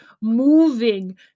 moving